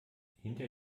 hinter